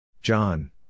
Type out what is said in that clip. John